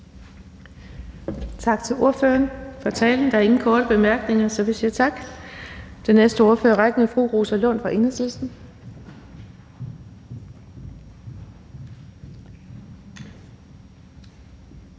Tak til ordføreren. Der er ingen korte bemærkninger, så vi siger tak. Den næste ordfører i rækken af hr. Kristian